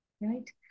Right